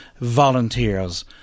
volunteers